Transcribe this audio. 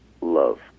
love